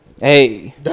Hey